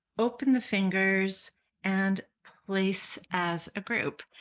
open the fingers and place as a group.